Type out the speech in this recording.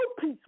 Peace